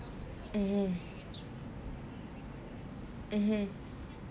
mmhmm mmhmm